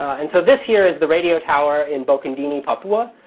and so this here is the radio tower in bokondini, papua.